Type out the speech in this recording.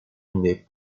n’est